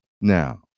Now